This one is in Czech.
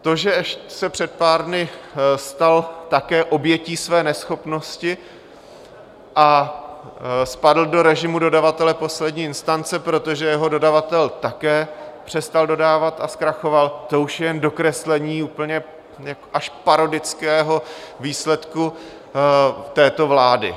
To, že se před pár dny stal také obětí své neschopnosti a spadl do režimu dodavatele poslední instance, protože jeho dodavatel také přestal dodávat a zkrachoval, to už je dokreslení úplně až parodického výsledku této vlády.